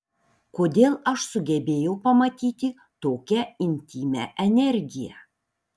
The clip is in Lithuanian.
kodėl aš sugebėjau pamatyti tokią intymią energiją